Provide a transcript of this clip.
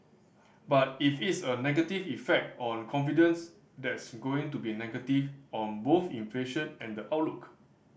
but if it's a negative effect on confidence that's going to be negative on both inflation and the outlook